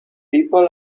people